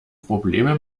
probleme